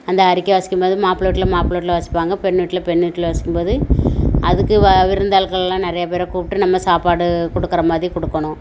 அந்த அறிக்கை வாசிக்கும் போது மாப்பிளை வீட்டில் மாப்பிளை வீட்டில் வாசிப்பாங்க பெண்ணு வீட்டில் பெண்ணு வீட்டில் வாசிக்கும் போது அதுக்கு வ விருந்து ஆட்கள்லாம் நிறையா பேரை கூப்பிட்டு நம்ம சாப்பாடு கொடுக்கற மாதிரி கொடுக்கணும்